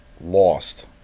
lost